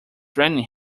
raining